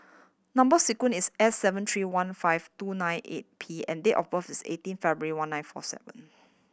number sequence is S seven three one five two nine eight P and date of birth is eighteen February one nine four seven